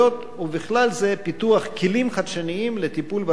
ובכלל זה פיתוח כלים חדשניים לטיפול ברשויות